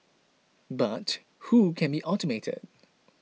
but who can be automated